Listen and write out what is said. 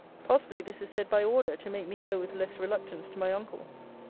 possibly this is said by order, to make me go with less reluctance to my uncle's.